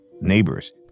neighbors